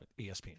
ESPN